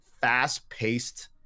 fast-paced